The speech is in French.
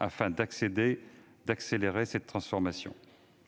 afin d'accélérer cette transformation.